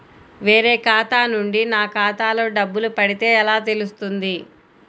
వేరే ఖాతా నుండి నా ఖాతాలో డబ్బులు పడితే ఎలా తెలుస్తుంది?